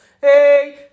hey